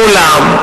ואולם,